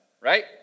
right